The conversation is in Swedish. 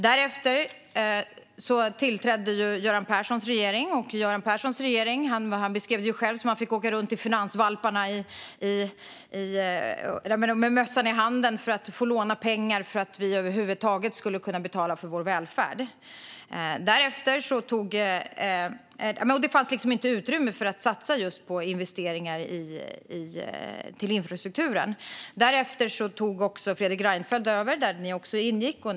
Därefter tillträdde Göran Perssons regering, och Göran Persson beskrev det själv som att han fick åka runt till finansvalparna med mössan i hand för att få låna pengar så att vi över huvud taget skulle kunna betala för vår välfärd. Det fanns liksom inte utrymme att satsa på investeringar i infrastrukturen. Därefter tog Fredrik Reinfeldt över, och där ingick ni också, Magnus Jacobsson.